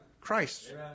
Christ